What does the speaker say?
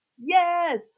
Yes